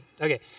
okay